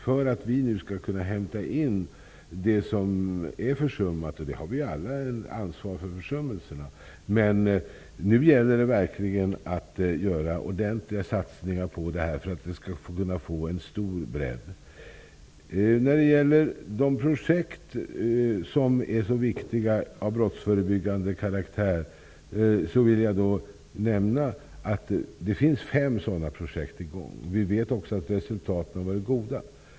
För att vi nu skall kunna hämta in det som är försummat -- försummelserna har vi alla ansvar för -- gäller det att ordentliga satsningar görs här för att kunna få en stor bredd. Jag vill nämna att det finns fem projekt i gång av de så viktiga projekten av brottsförebyggande karaktär. Vi vet också att resultaten har varit goda.